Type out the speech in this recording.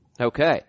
Okay